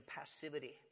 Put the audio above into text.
passivity